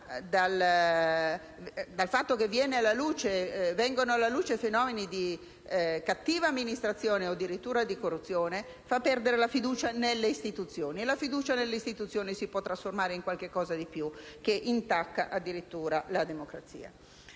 molto attentamente: da fenomeni di cattiva amministrazione o addirittura di corruzione discende la sfiducia nelle istituzioni, e la sfiducia nelle istituzioni si può trasformare in qualcosa di più, che intacca addirittura la democrazia.